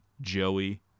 Joey